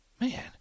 man